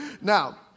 Now